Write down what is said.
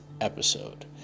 episode